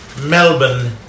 Melbourne